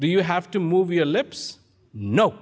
do you have to move your lips no